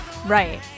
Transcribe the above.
Right